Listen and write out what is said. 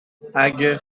اگه